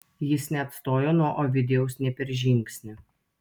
jis neatstojo nuo ovidijaus nė per žingsnį